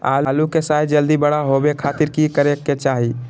आलू के साइज जल्दी बड़ा होबे खातिर की करे के चाही?